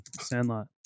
Sandlot